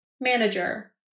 manager